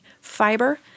Fiber